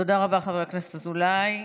תודה רבה, חבר הכנסת אזולאי.